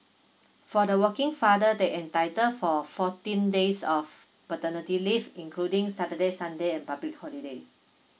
for the working father they entitled for fourteen days of paternity leave including saturday sunday and public holiday